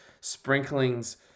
sprinklings